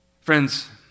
Friends